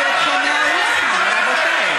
אנחנו נוציא אתכם מהאולם, רבותי.